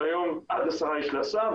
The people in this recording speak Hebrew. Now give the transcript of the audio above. עד עשרה איש להסעה,